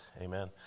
amen